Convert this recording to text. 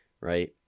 right